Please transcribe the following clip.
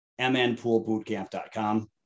mnpoolbootcamp.com